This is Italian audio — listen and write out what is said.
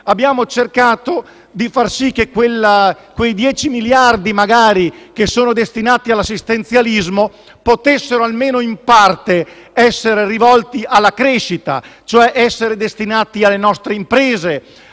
Abbiamo cercato di far sì che quei 10 miliardi destinati all'assistenzialismo potessero, almeno in parte, essere rivolti alla crescita, cioè essere destinati alle nostre imprese,